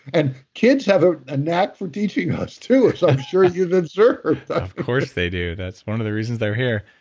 and kids have a ah knack for teaching us too, as i'm sure you've observed of course, they do. that's one of the reasons they're here.